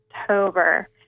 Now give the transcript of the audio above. october